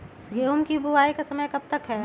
गेंहू की बुवाई का समय कब तक है?